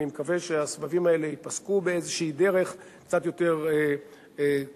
אני מקווה שהסבבים האלה ייפסקו באיזו דרך קצת יותר דרסטית,